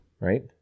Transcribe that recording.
Right